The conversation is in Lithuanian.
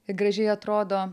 i gražiai atrodo